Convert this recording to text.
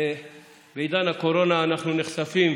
בעידן הקורונה אנחנו נחשפים